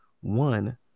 one